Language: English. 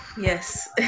Yes